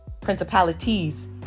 principalities